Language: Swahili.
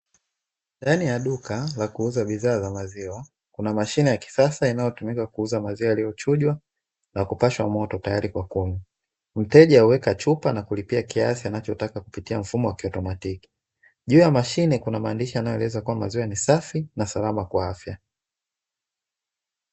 Ndani ya duka la kuuza bidhaa za maziwa kuna mashine ya kisasa inayotumika kuuza maziwa yaliyochujwa na kupashwa moto tayari kwa kunywa. Mteja huweka chupa na kulipia kiasi anachotaka kupitia mfumo wa kiautomatiki. Juu ya mashine kuna maandishi yanayoeleza kuwa maziwa ni safi na salama kwa afya.